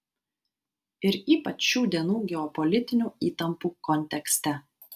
ir ypač šių dienų geopolitinių įtampų kontekste